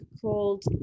called